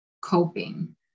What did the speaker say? coping